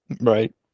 right